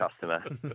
customer